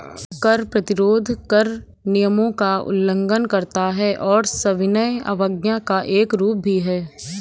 कर प्रतिरोध कर नियमों का उल्लंघन करता है और सविनय अवज्ञा का एक रूप भी है